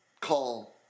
call